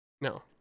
no